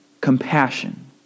compassion